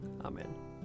Amen